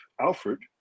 Alfred